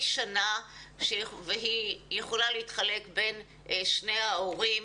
שנה והיא יכולה להתחלק בין שני ההורים.